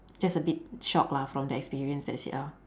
just a bit shock lah from the experience that's it ah